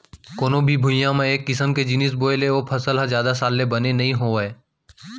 कोनो भी भुइंया म एक किसम के जिनिस बोए ले ओ फसल ह जादा साल ले बने नइ होवय